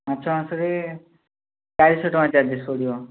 ମାଛ ମାଂସରେ ବାଇଶଶହ ଟଙ୍କା ଚାର୍ଜସ୍ ପଡ଼ିବ